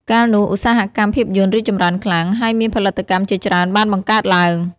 កាលនោះ ឧស្សាហកម្មភាពយន្តរីកចម្រើនខ្លាំង ហើយមានផលិតកម្មជាច្រើនបានបង្កើតឡើង។